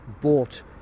bought